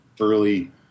early